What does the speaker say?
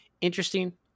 interesting